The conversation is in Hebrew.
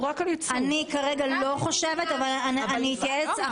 אני כרגע לא חושבת אבל אני אתייעץ.